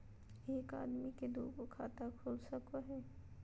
एक आदमी के दू गो खाता खुल सको है?